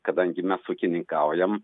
kadangi mes ūkininkaujam